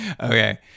okay